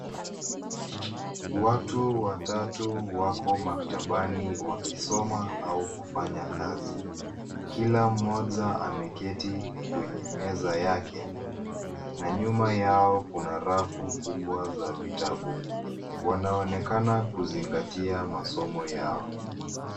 Watu watatu wako maktabani wakisoma au kufanya kazi. Kila mmoja ameketi kwenye meza yake na nyuma yao kuna rafu kubwa za vitabu. Wanaonekana kuzingatia masomo yao.